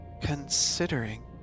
considering